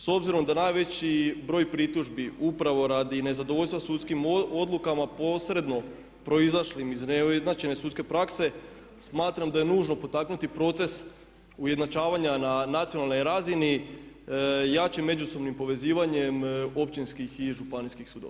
S obzirom da najveći broj pritužbi upravo radi nezadovoljstva sudskim odlukama posredno proizašlim iz neujednačene sudske prakse, smatram da je nužno potaknuti proces ujednačavanja na nacionalnoj razini, jačim međusobnim povezivanjem općinskih i županijskih sudova.